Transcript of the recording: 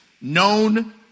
known